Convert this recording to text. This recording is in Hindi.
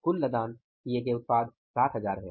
कुल लदान किये गए उत्पाद 60000 है